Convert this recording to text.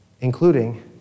including